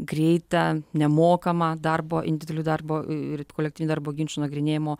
greitą nemokamą darbo individualių darbo ir kolektyvinio darbo ginčų nagrinėjimo